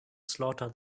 slaughter